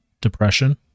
depression